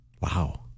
Wow